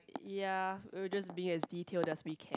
ya we will just be as detailed as we can